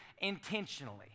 intentionally